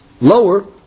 lower